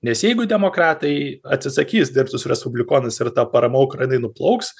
nes jeigu demokratai atsisakys dirbt su respublikonais ir ta parama ukrainai nuplauks